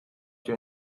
your